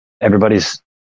everybody's